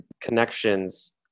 connections